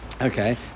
Okay